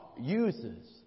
uses